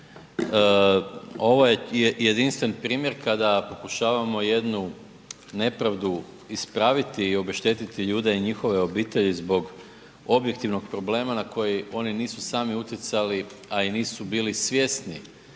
ovo je jedinstven primjer kada pokušavamo jednu nepravdu ispraviti i obeštetiti ljude i njihove obitelji zbog objektivnog problema na koji nisu oni sami utjecali, a i nisu bili svjesni,